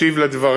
השיב על הדברים.